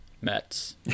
Mets